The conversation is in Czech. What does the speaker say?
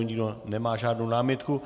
Nikdo nemá žádnou námitku.